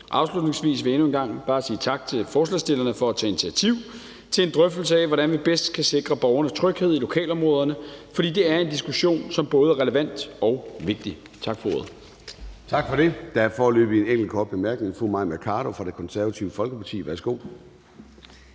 Afslutningsvis vil jeg endnu en gang bare sige tak til forslagsstillerne for at tage initiativ til en drøftelse af, hvordan vi bedst kan sikre borgernes tryghed i lokalområderne, for det er en diskussion, som både er relevant og vigtig. Tak for ordet. Kl. 12:46 Formanden (Søren Gade): Tak for det. Der er foreløbig en enkelt kort bemærkning. Fru Mai Mercado fra Det Konservative Folkeparti. Værsgo.